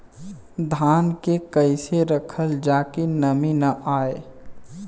धान के कइसे रखल जाकि नमी न आए?